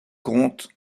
compte